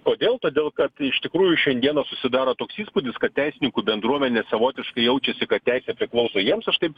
kodėl todėl kad iš tikrųjų šiandieną susidaro toks įspūdis kad teisininkų bendruomenė savotiškai jaučiasi kad teisė priklauso jiems aš taip